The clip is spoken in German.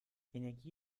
energie